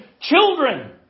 children